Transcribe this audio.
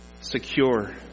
secure